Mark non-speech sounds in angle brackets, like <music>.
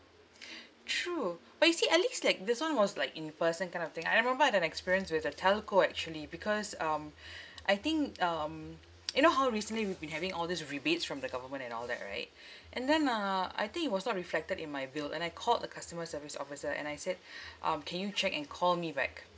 <breath> true but you see at least like this [one] was like in person kind of thing I remember that experience with a telco actually because um I think um <noise> you know how recently we've been having all these rebates from the government and all that right and then uh I think it was not reflected in my bill and I called the customer service officer and I said um can you check and call me back